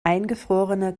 eingefrorene